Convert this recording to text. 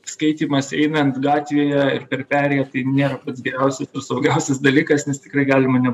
skaitymas einant gatvėje ir per perėją tai nėra pats geriausias saugiausias dalykas nes tikrai galima ne